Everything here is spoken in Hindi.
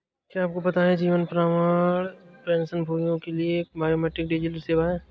क्या आपको पता है जीवन प्रमाण पेंशनभोगियों के लिए एक बायोमेट्रिक डिजिटल सेवा है?